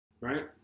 right